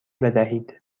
بدهید